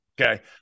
Okay